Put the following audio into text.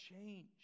change